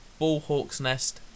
ballhawksnest